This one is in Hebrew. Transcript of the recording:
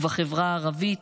ובחברה הערבית,